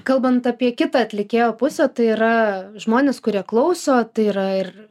kalbant apie kitą atlikėjo pusę tai yra žmonės kurie klauso tai yra ir